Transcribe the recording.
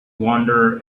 wander